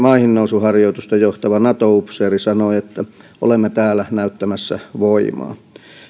maihinnousuharjoitusta johtava nato upseeri sanoi että olemme täällä näyttämässä voimaa